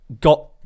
got